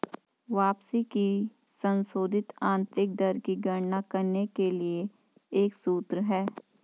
वापसी की संशोधित आंतरिक दर की गणना करने के लिए एक सूत्र है